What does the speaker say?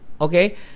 okay